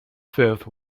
fifth